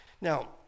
Now